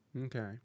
Okay